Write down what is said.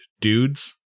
dudes